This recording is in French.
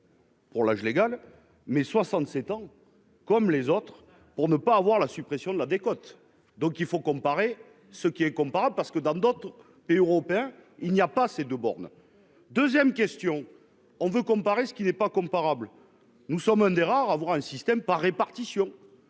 Pour l'âge légal mais 67 ans comme les autres pour ne pas avoir la suppression de la décote. Donc il faut comparer ce qui est comparable. Parce que dans d'autres pays européens, il n'y a pas ces de bornes 2ème question on veut comparer ce qui n'est pas comparable. Nous sommes un des rares à avoir un système par répartition.